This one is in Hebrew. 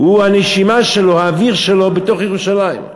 הוא, הנשימה שלו, האוויר שלו, בתוך ירושלים.